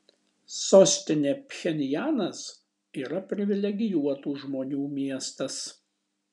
sostinė pchenjanas yra privilegijuotų žmonių miestas